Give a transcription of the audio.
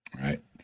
Right